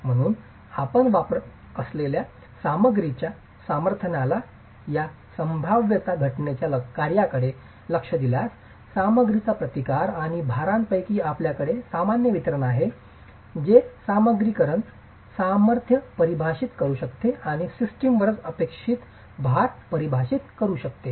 म्हणून आपण वापरत असलेल्या सामग्रीच्या सामर्थ्याच्या या संभाव्यता घनतेच्या कार्याकडे लक्ष दिल्यास सामग्रीचा प्रतिकार आणि भारांपैकी आपल्याकडे सामान्य वितरण आहे जे सामग्रीची सामर्थ्य परिभाषित करू शकते आणि सिस्टमवरच अपेक्षित भार परिभाषित करू शकते